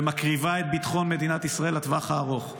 ומקריבה את ביטחון מדינת ישראל לטווח הארוך.